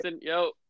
yo